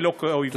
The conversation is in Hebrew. ולא כאויבים.